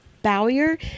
Bowyer